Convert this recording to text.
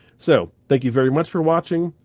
so, thank you very much for watching,